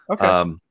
Okay